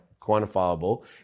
quantifiable